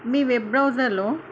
మీ web బ్రౌజర్లో